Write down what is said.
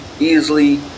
easily